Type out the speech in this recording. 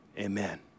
Amen